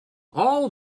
all